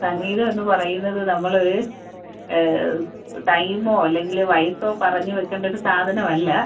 സംഗീതം എന്ന് പറയുന്നത് നമ്മൾ ടൈമോ അല്ലെങ്കിൽ വയസോ പറഞ്ഞ് വയ്ക്കേണ്ട ഒരു സാധനം അല്ല